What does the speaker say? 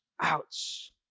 Ouch